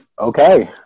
okay